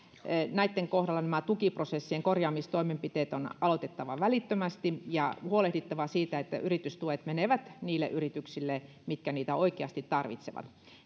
keskusten kohdalla nämä tukiprosessien korjaamistoimenpiteet on aloitettava välittömästi ja huolehdittava siitä että yritystuet menevät niille yrityksille jotka niitä oikeasti tarvitsevat